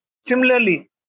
Similarly